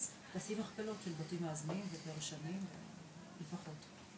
תעשי מכפלות של בתים מאזנים ושנים, לפחות.